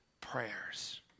prayers